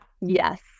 yes